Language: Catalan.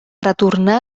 retornar